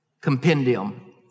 compendium